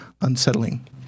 unsettling